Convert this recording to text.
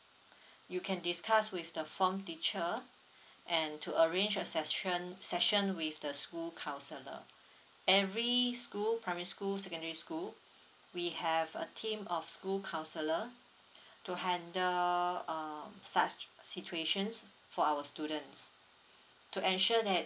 you can discuss with the form teacher and to arrange a session session with the school counsellor every school primary school secondary school we have a team of school counsellor to handle uh such situations for our students to ensure that